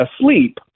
asleep